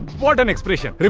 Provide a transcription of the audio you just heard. what an expression!